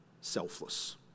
selfless